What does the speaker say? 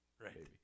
Right